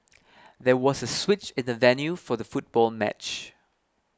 there was a switch in the venue for the football match